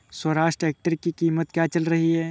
Swaraj tractor की कीमत क्या चल रही है?